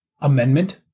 amendment